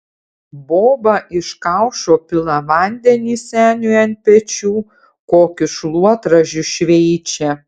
boba iš kaušo pila vandenį seniui ant pečių kokiu šluotražiu šveičia